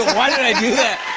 why did i do that?